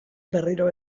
berriro